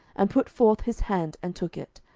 and put forth his hand, and took it,